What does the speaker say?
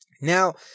Now